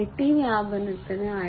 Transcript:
IT വ്യാപനത്തിന് I